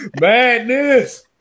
Madness